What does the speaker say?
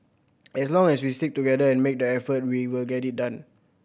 as long as we stick together and make the effort we will get it done